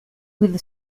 with